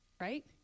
Right